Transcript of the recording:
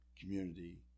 community